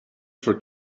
for